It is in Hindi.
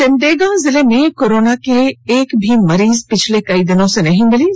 सिमडेगा जिले में कोरोना के एक भी मरीज पिछले कई दिनों से नहीं मिले हैं